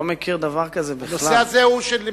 אני